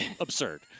absurd